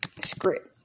script